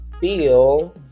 feel